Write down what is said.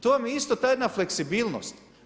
To vam je isto ta jedna fleksibilnost.